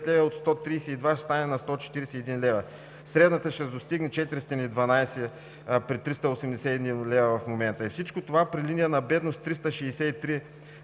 лв. – от 132 лв. ще стане 141 лв. Средната ще достигне 412 лв. при 381 лв. в момента, и всичко това при линия на бедност 363